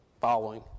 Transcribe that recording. following